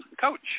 coach